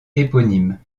éponyme